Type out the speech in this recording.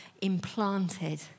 implanted